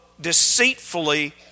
deceitfully